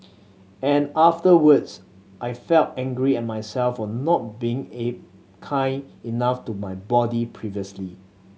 and afterwards I felt angry at myself for not being A kind enough to my body previously